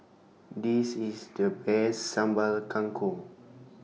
This IS The Best Sambal Kangkong